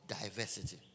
diversity